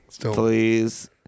Please